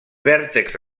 vèrtexs